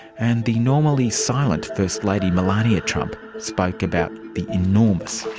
and the normally silent first lady melania trump spoke about the enormous